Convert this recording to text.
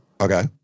Okay